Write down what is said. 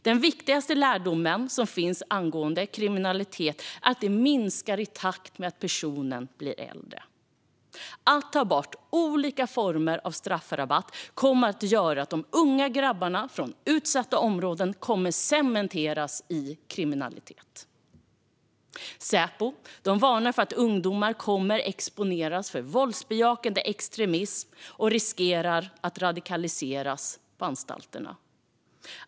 Den viktigaste lärdomen angående kriminalitet är att den minskar i takt med att personen blir äldre. Att ta bort olika former av straffrabatt kommer att göra att de unga grabbarna från utsatta områden kommer att cementeras i kriminalitet. Säpo varnar för att ungdomar kommer att exponeras för våldbejakande extremism och riskera att radikaliseras på anstalterna.